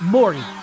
Maury